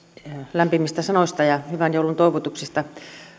lämpimistä sanoista ja hyvän joulun toivotuksista